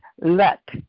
let